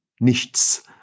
nichts